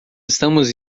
estamos